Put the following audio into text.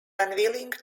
unwilling